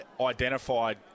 identified